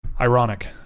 Ironic